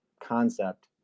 concept